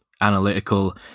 analytical